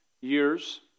years